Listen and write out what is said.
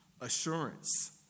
assurance